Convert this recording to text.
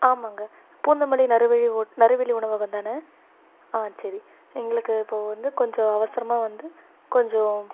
ஆ ஆமாங்க பூந்தமல்லி நறுவிழி ஹோட் நறுவிலி உணவகந்தான ஆ சரி எங்களுக்கு இப்போது வந்து கொஞ்சம் அவசரமாக வந்து கொஞ்சம்